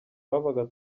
twabaga